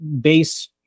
base